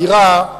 הגירה,